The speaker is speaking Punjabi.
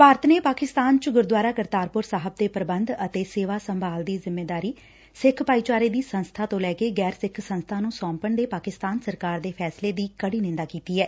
ਭਾਰਤ ਨੇ ਪਾਕਿਸਤਾਨ ਚ ਗੁਰਦੁਆਰਾ ਕਰਤਾਰਪੁਰ ਸਾਹਿਬ ਦੇ ਪ੍ਰਬੰਧ ਅਤੇ ਸੇਵਾ ਸੰਭਾਲ ਦੀ ਜਿੰਮੇਵਾਰੀ ਸਿੱਖ ਭਾਈਚਾਰੇ ਦੀ ਸੰਸਬਾ ਤੋ ਲੈ ਕੇ ਗੈਰ ਸਿੱਖ ਸੰਸਬਾ ਨੂੰ ਸੋਂਪਣ ਦੇ ਪਾਕਿਸਤਾਨ ਸਰਕਾਰ ਦੇ ਫੈਸਲੇ ਦੀ ਕੜੀ ਨਿੰਦਾ ਕੀਤੀ ਐ